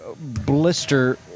blister